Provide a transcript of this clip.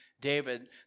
David